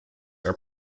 are